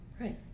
right